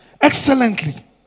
Excellently